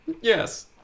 Yes